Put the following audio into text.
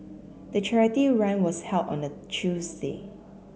the charity run was held on a Tuesday